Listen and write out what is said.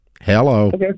Hello